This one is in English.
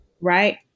Right